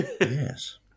Yes